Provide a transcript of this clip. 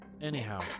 Anyhow